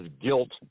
Guilt